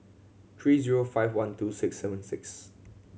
three zero five one two six seven six